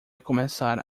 começar